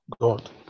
God